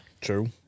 true